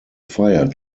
fire